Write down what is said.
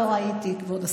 לא ראיתי, כבוד השר.